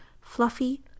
Fluffy